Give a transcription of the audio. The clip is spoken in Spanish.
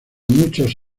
muchos